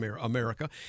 America